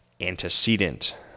Antecedent